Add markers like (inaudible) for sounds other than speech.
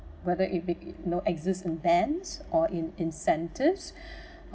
whether it be you know exist in bans or in incentives (breath)